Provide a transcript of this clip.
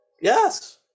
Yes